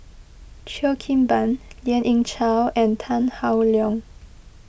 Cheo Kim Ban Lien Ying Chow and Tan Howe Liang